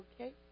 okay